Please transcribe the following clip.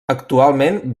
actualment